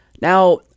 Now